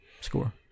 score